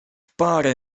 parę